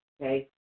okay